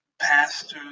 pastors